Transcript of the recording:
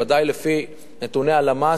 ודאי לפי נתוני הלמ"ס,